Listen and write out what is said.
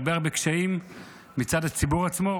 הרבה הרבה קשיים מצד הציבור עצמו.